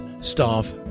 staff